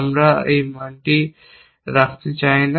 আমরা এই মানটি রাখতে চাই না